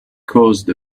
caused